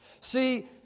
See